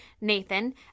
Nathan